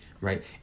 right